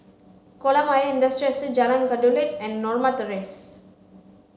Kolam Ayer Industrial Estate Jalan Kelulut and Norma Terrace